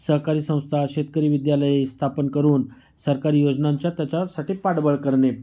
सहकारी संस्था शेतकरी विद्यालये स्थापन करून सरकारी योजनांच्या त्याच्यासाठी पाठबळ करणे